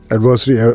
Adversary